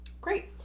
Great